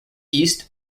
east